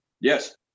yes